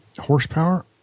horsepower